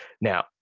now